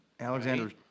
Alexander